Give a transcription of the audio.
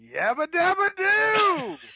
Yabba-dabba-doo